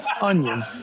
Onion